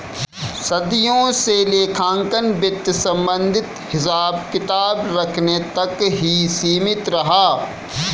सदियों से लेखांकन वित्त संबंधित हिसाब किताब रखने तक ही सीमित रहा